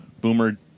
boomer